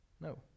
No